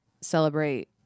celebrate